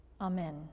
Amen